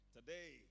Today